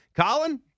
Colin